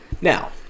Now